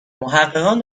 محققان